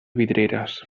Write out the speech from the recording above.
vidreres